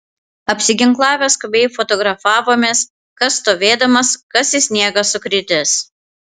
apsiginklavę skubiai fotografavomės kas stovėdamas kas į sniegą sukritęs